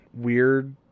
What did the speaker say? weird